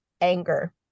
anger